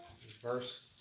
verse